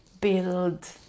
build